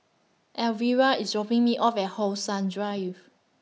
Alvera IS dropping Me off At How Sun Drive